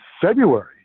February